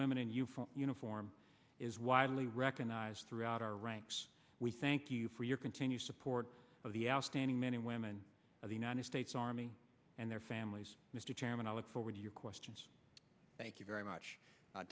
full uniform is widely recognized throughout our ranks we thank you for your continued support of the outstanding men and women of the united states army and their families mr chairman i look forward to your questions thank you very much